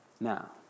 Now